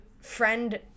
friend